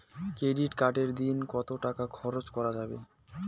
Credit কার্ডে দিনে কত টাকা খরচ করা যাবে?